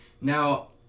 now